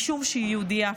משום שהיא יהודייה.